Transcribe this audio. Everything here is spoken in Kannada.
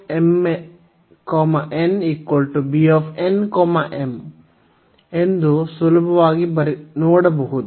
ಎಂದು ನಾವು ಸುಲಭವಾಗಿ ನೋಡಬಹುದು